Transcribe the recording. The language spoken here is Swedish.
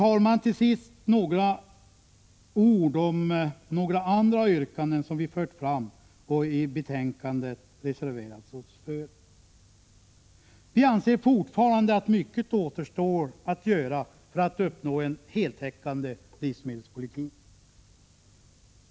Till sist, fru talman, några ord om några andra yrkanden som vi har fört fram och i betänkandet reserverat oss för. Vi anser fortfarande att mycket återstår att göra för att uppnå en heltäckande livsmedelspolitik.